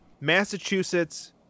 Massachusetts